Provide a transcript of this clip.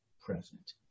present